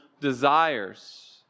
desires